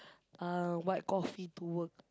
uh white coffee to work